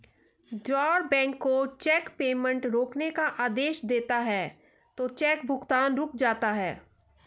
drawer bank को cheque payment रोकने का आदेश देता है तो चेक भुगतान रुक जाता है